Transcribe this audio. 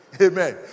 Amen